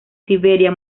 siberia